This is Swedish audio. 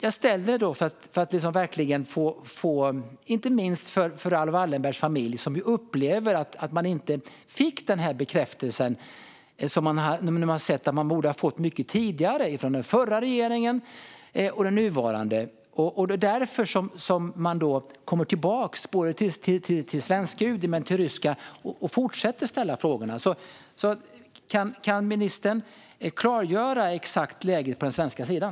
Inte minst är detta viktigt för Raoul Wallenbergs familj, som ju upplever att man inte har fått den bekräftelse som man borde ha fått av den förra regeringen eller av den nuvarande regeringen. Det är därför som man återkommer till både svenska och ryska UD och fortsätter ställa frågor. Kan ministern klargöra läget på den svenska sidan?